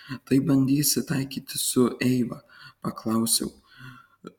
tai bandysi taikytis su eiva paklausiau